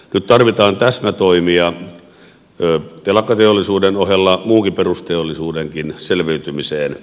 nyt tarvitaan täsmätoimia telakkateollisuuden ohella muunkin perusteollisuuden selviytymiseen